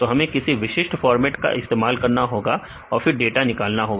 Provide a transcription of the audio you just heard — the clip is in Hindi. तो हमें किसी विशिष्ट फॉर्मेट का इस्तेमाल करना होगा और फिर डेटा निकालना होगा